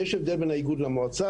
יש הבדל בין האיגוד למועצה.